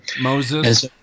Moses